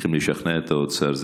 צריכים לשכנע את האוצר.